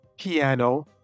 piano